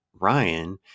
Ryan